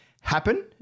happen